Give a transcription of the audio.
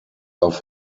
auf